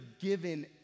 given